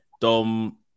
Dom